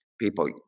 people